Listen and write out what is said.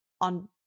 on